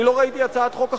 אני לא ראיתי הצעת חוק אחרת.